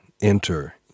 enter